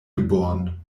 geboren